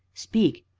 speak!